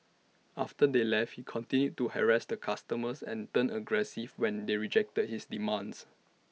after they left he continued to harass the customers and turned aggressive when they rejected his demands